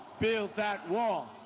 build that wall,